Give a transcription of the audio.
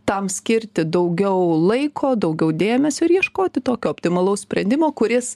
tam skirti daugiau laiko daugiau dėmesio ir ieškoti tokio optimalaus sprendimo kuris